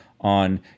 on